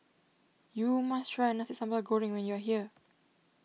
you must try Nasi Sambal Goreng when you are here